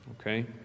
okay